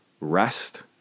rest